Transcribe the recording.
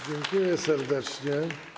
Dziękuję serdecznie.